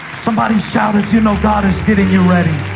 somebody shout if you know god is getting you ready.